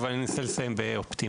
אבל אני אנסה לסיים באופטימיות.